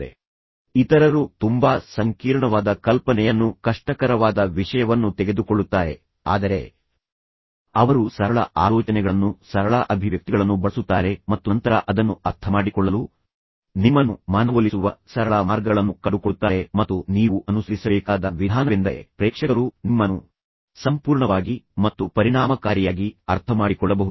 ಆದರೆ ನೀವು ಅನುಸರಿಸಬೇಕೆಂದು ನಾನು ಬಯಸುವ ಇತರರು ತುಂಬಾ ಸಂಕೀರ್ಣವಾದ ಕಲ್ಪನೆಯನ್ನು ಕಷ್ಟಕರವಾದ ವಿಷಯವನ್ನು ತೆಗೆದುಕೊಳ್ಳುತ್ತಾರೆ ಆದರೆ ಅವರು ಸರಳ ಆಲೋಚನೆಗಳನ್ನು ಸರಳ ಅಭಿವ್ಯಕ್ತಿಗಳನ್ನು ಬಳಸುತ್ತಾರೆ ಮತ್ತು ನಂತರ ಅದನ್ನು ಅರ್ಥಮಾಡಿಕೊಳ್ಳಲು ನಿಮ್ಮನ್ನು ಮನವೊಲಿಸುವ ಸರಳ ಮಾರ್ಗಗಳನ್ನು ಕಂಡುಕೊಳ್ಳುತ್ತಾರೆ ಮತ್ತು ನೀವು ಅನುಸರಿಸಬೇಕಾದ ವಿಧಾನವೆಂದರೆ ಪ್ರೇಕ್ಷಕರು ನಿಮ್ಮನ್ನು ಸಂಪೂರ್ಣವಾಗಿ ಮತ್ತು ಪರಿಣಾಮಕಾರಿಯಾಗಿ ಅರ್ಥಮಾಡಿಕೊಳ್ಳಬಹುದು